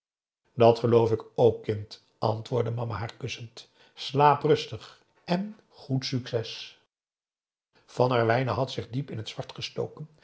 dat geloof ik ook kind antwoordde mama haar kussend slaap rustig en goed succes van herwijnen had zich diep in het zwart gestoken